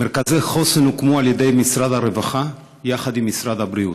מרכזי חוסן הוקמו על-ידי משרד הרווחה יחד עם משרד הבריאות.